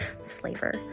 Slaver